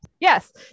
Yes